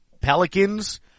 Pelicans